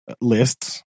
lists